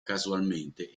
casualmente